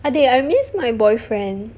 adik I miss my boyfriend